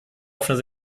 offene